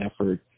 effort